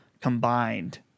combined